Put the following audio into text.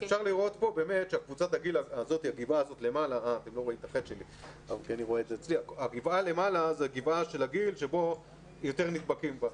אפשר לראות פה באמת שהגבעה למעלה זה הגבעה של הגיל שבו יותר נדבקים בה.